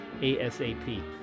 ASAP